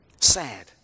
Sad